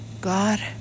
God